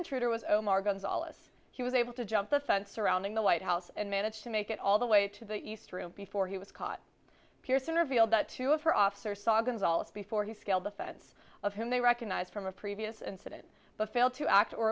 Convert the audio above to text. intruder was omar gonzales he was able to jump the fence surrounding the white house and manage to make it all the way to the east room before he was caught pearson revealed that two of her officers saw gonzales before he scaled the fence of whom they recognize from a previous incident but failed to act or